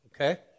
okay